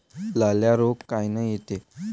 लाल्या रोग कायनं येते?